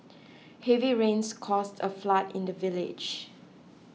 heavy rains caused a flood in the village